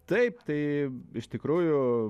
taip tai iš tikrųjų